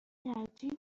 ترجیح